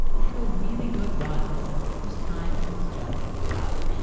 but had a really good run whose time was just up